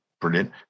Brilliant